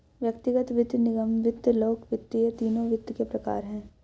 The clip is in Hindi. व्यक्तिगत वित्त, निगम वित्त, लोक वित्त ये तीनों वित्त के प्रकार हैं